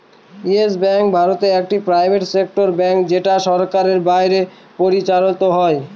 yes Bank ভারতে একটি private sector bank যেটা সরকারের বাইরে পরিচালত হয়